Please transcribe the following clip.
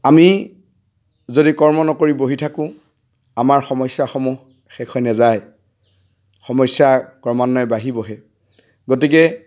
আমি যদি কৰ্ম নকৰি বহি থাকোঁ আমাৰ সমস্যাসমূহ শেষ হৈ নেযায় সমস্যা ক্ৰমান্বয়ে বাঢ়িবহে গতিকে